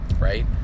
right